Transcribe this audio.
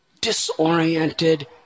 disoriented